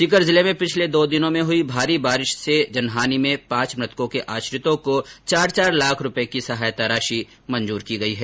सीकर जिले में पिछले दो दिनों में हुई भारी बारिश से हुई जनहानि में पांच मृतकों के आश्रितों को चार चार लाख रूपये की सहायता राशि मंजूर की गई है